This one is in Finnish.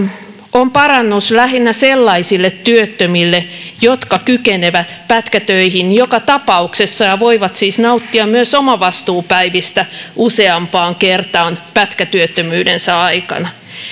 ovat parannus lähinnä sellaisille työttömille jotka kykenevät pätkätöihin joka tapauksessa ja voivat siis nauttia myös omavastuupäivistä useampaan kertaan pätkätyöttömyytensä aikana